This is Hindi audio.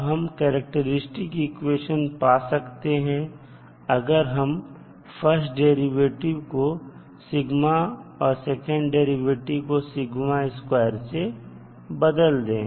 अब हम करैक्टेरिस्टिक इक्वेशन पा सकते हैं अगर हम फर्स्ट डेरिवेटिव को σ से और सेकंड डेरिवेटिव कोसे बदल दे